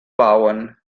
bauen